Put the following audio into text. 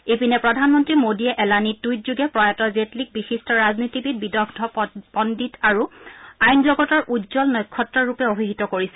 ইপিনে প্ৰধানমন্ত্ৰী মোডীয়ে এলানি টুইট যোগে প্ৰয়াত জেটলীক বিশিষ্ট ৰাজনীতিবিদ বিদঙ্গ পণ্ডিত আৰু আইনজগতৰ উজ্জ্বল নক্ষত্ৰ ৰূপে অভিহিত কৰিছে